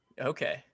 Okay